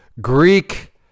Greek